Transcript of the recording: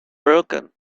broken